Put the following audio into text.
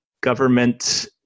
government